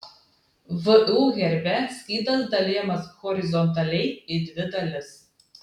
vu herbe skydas dalijamas horizontaliai į dvi dalis